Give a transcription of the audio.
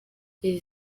iri